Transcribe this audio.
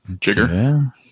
jigger